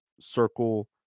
circle